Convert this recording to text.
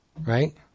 Right